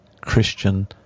Christian